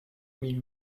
mille